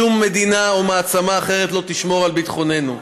שום מדינה או מעצמה אחרת לא תשמור על ביטחוננו.